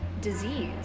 disease